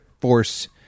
force